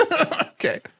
Okay